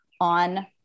on